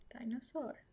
Dinosaur